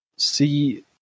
see